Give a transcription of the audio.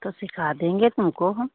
तो सिखा देंगे तुमको हम